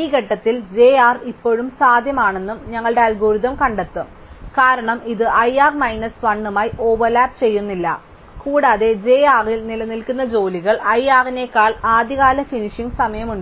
ഈ ഘട്ടത്തിൽ j r ഇപ്പോഴും സാധ്യമാണെന്ന് ഞങ്ങളുടെ അൽഗോരിതം കണ്ടെത്തും കാരണം ഇത് i r മൈനസ് 1 മായി ഓവർലാപ്പ് ചെയ്യുന്നില്ല കൂടാതെ j r ൽ നിലനിൽക്കുന്ന ജോലികളിൽ i r നേക്കാൾ ആദ്യകാല ഫിനിഷിംഗ് സമയം ഉണ്ട്